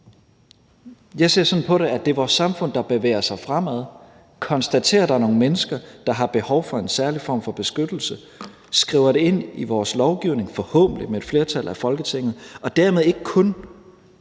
Jeg ser sådan på det, at det er vores samfund, der bevæger sig fremad, konstaterer, at der er nogle mennesker, der har behov for en særlig form for beskyttelse, skriver det ind i vores lovgivning, forhåbentlig med et flertal af Folketingets partier, og dermed ikke kun